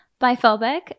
biphobic